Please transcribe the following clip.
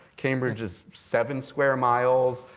cambridge is seven square miles.